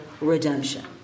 redemption